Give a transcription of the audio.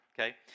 okay